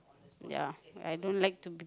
ya I don't like to be